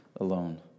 alone